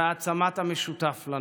והעצמת המשותף לנו,